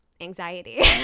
anxiety